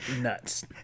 nuts